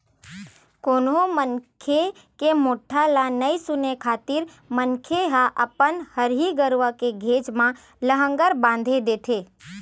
कोनो मनखे के मोठ्ठा ल नइ सुने खातिर मनखे ह अपन हरही गरुवा के घेंच म लांहगर बांधे देथे